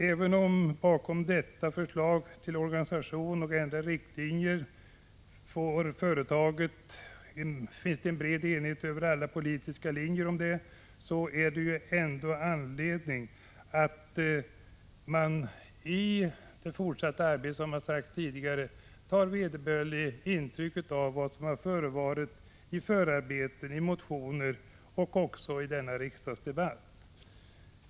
Även om det bakom detta förslag till organisation och ändrade riktlinjer finns en bred enighet över partigränserna, finns det anledning att i det fortsatta arbetet, som tidigare sagts, ta vederbörligt intryck av vad som förevarit i förarbeten, i motioner och även i denna riksdagsdebatt.